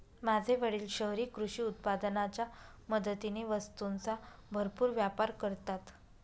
माझे वडील शहरी कृषी उत्पादनाच्या मदतीने वस्तूंचा भरपूर व्यापार करतात